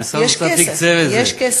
יש כסף.